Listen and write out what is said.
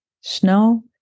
Snow